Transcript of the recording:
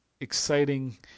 exciting